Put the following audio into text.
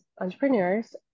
entrepreneurs